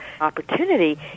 opportunity